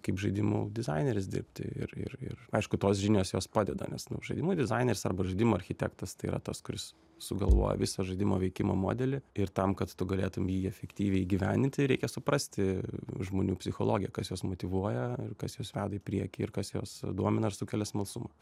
kaip žaidimų dizaineris dirbti ir ir ir aišku tos žinios jos padeda nes nu žaidimų dizaineris arba žaidimų architektas tai yra tas kuris sugalvoja visą žaidimo veikimo modelį ir tam kad tu galėtum jį efektyviai įgyvendinti reikia suprasti žmonių psichologiją kas juos motyvuoja ir kas jus veda į priekį ir kas juos domina ir sukelia smalsumą